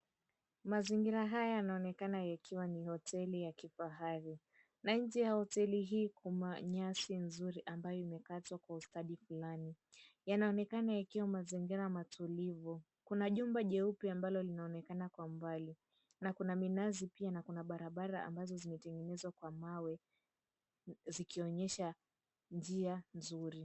Mazingira haya yanaonekana yakiwa ni hoteli ya kifahari na nje ya hoteli hii kuna nyasi nzuri ambayo imekatwa kwa ustadi flani, yanaonekana yakiwa mazingira matulivu, kuna jumba jeupe ambalo linaonekana kwa umbali na kuna minazi pia na kuna barabara ambazo zimetengezwa kwa mawe zikionyesha njia nzuri.